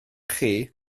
chi